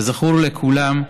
כזכור לכולם,